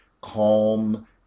calm